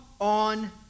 on